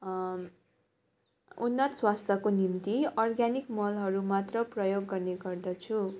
उन्नत स्वास्थ्यको निम्ति अर्ग्यानिक मलहरू मात्र प्रयोग गर्ने गर्दछु